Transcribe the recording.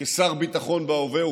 כשר ביטחון בהווה,